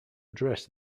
address